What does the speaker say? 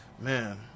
man